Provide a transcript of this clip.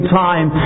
time